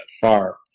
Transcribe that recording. far